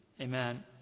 Amen